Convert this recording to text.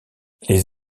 les